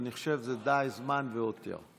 אני חושב שזה די והותר זמן.